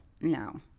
No